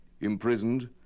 imprisoned